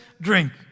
drink